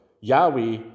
Yahweh